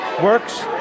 Works